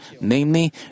namely